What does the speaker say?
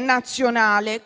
nazionale.